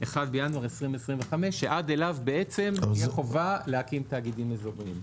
1.1.25 שעד אליו בעצם תהיה חובה להקים תאגידים אזוריים.